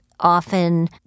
often